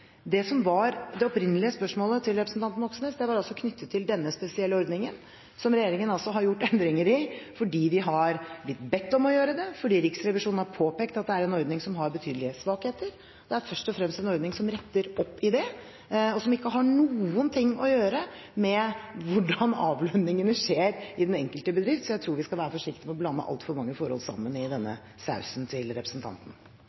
Det som var det opprinnelige spørsmålet til representanten Moxnes, var knyttet til denne spesielle ordningen, som regjeringen altså har gjort endringer i – fordi vi har blitt bedt om å gjøre det, fordi Riksrevisjonen har påpekt at det er en ordning som har betydelige svakheter. Det er først og fremst en ordning som retter opp i det, og som ikke har noen ting å gjøre med hvordan avlønningene skjer i den enkelte bedrift. Så jeg tror vi skal være forsiktige med å blande altfor mange forhold sammen i